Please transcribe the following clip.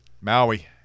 Maui